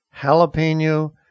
jalapeno